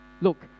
Look